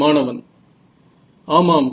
மாணவன் ஆமாம்